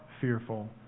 fearful